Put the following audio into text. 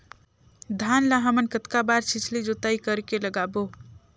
धान ला हमन कतना बार छिछली जोताई कर के लगाबो?